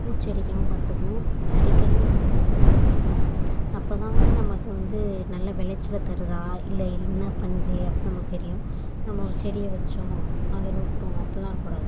பூச்சியடிக்காம பார்த்துக்கணும் அடிக்கடி நம்ம அதை கவனிச்சுட்டுருக்கணும் அப்போ தான் வந்து நமக்கு வந்து நல்லா வெளைச்சலை தருதா இல்லை என்ன பண்ணுது அப்படின்னு நமக்கு தெரியும் நம்ம செடியை வைச்சோம் அதோடி விட்டோம் அப்படிலாம் இருக்கக்கூடாது